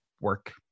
work